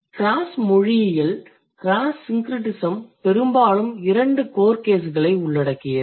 cross மொழியியல் case syncretism பெரும்பாலும் இரண்டு core caseகளை உள்ளடக்கியது